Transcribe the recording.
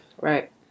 Right